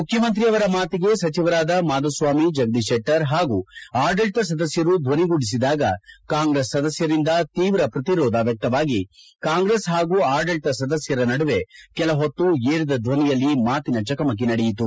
ಮುಖ್ಯಮಂತ್ರಿ ಅವರ ಮಾತಿಗೆ ಸಚಿವರಾದ ಮಾಧುಸ್ವಾಮಿ ಜಗದೀಶ್ ಶೆಟ್ಟರ್ ಹಾಗೂ ಆಡಳಿತ ಸದಸ್ಯರು ಧ್ವಾಗೂಡಿಸಿದಾಗ ಕಾಂಗ್ರೆಸ್ ಸದಸ್ಕರಿಂದ ತೀವ್ರ ಪ್ರಶಿರೋಧ ವ್ಯಕ್ತವಾಗಿ ಕಾಂಗ್ರೆಸ್ ಹಾಗೂ ಆಡಳಿತ ಸದಸ್ಕರ ನಡುವೆ ಕೆಲಹೊತ್ತು ಏರಿದ ಧ್ವನಿಯಲ್ಲಿ ಮಾತಿನ ಚಕಮಕಿ ನಡೆಯಿತು